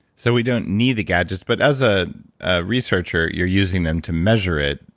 so we don't need the gadgets, but as ah a researcher, you're using them to measure it.